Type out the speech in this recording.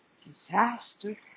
Disaster